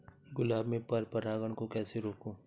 गुलाब में पर परागन को कैसे रोकुं?